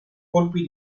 colpi